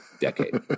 decade